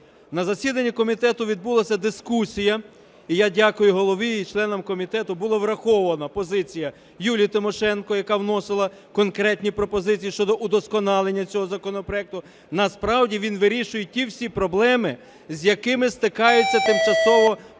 На засіданні комітету відбулася дискусія. І я дякую голові і членам комітету, була врахована позиція Юлії Тимошенко, яка вносила конкретні пропозиції щодо удосконалення цього законопроекту. Насправді він вирішує ті всі проблеми, з якими стикаються тимчасово